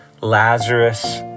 Lazarus